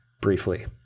briefly